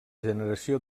generació